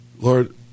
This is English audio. Lord